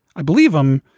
i believe him.